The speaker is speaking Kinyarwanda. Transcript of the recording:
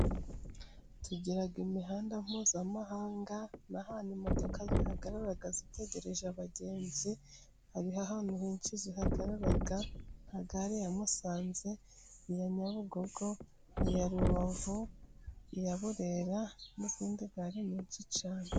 Tugira imihanda mpuzamahanga，n’ahantu imodoka zihagarara zitegereje abagenzi，hariho ahantu henshi zihagarara，nka gare ya Musanze，iya Nyabugogo， iya Rubavu， iya Burera n'izindi gare nyinshi cyane.